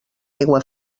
aigua